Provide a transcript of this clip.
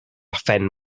phen